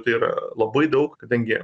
tai yra labai daug kadangi